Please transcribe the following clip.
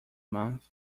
month